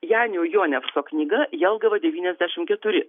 janio jonekso knyga jelgava devyniasdešimt keturi